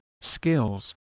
skills